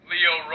Leo